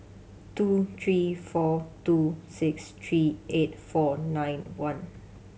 two three four two six three eight four nine one